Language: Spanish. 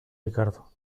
ricardo